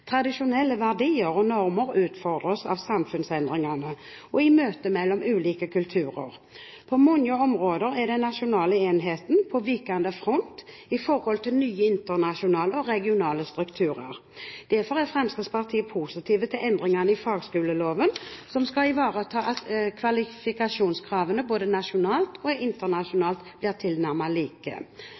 Tradisjonelle verdier og normer utfordres av samfunnsendringene og i møtet mellom ulike kulturer. På mange områder er den nasjonale enheten på vikende front i forhold til nye internasjonale og regionale strukturer. Derfor er Fremskrittspartiet positiv til endringene i fagskoleloven som skal ivareta at kvalifikasjonskravene både nasjonalt og internasjonalt blir tilnærmet like.